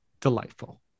delightful